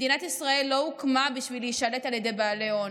מדינת ישראל לא הוקמה בשביל להישלט על ידי בעלי הון,